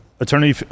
attorney